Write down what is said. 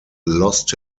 lost